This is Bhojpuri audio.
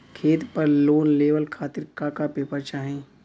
खेत पर लोन लेवल खातिर का का पेपर चाही?